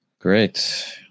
Great